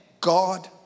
God